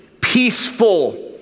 peaceful